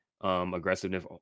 aggressiveness